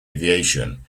aviation